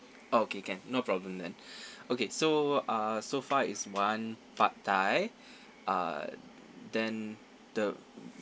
okay can no problem then okay so uh so far is one pad thai uh then the